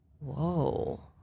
Whoa